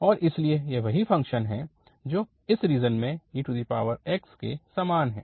और इसलिए यह वही फ़ंक्शन है जो इस रीजन में ex के समान है